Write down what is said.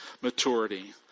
maturity